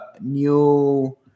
new